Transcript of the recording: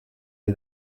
dei